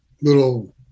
little